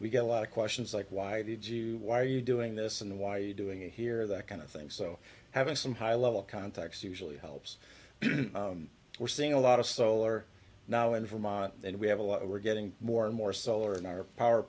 we get a lot of questions like why did you why are you doing this and why are you doing it here that kind of thing so having some high level contacts usually helps but we're seeing a lot of solar now in vermont and we have a lot we're getting more and more solar in our power